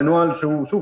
אז קודם כל,